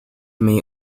may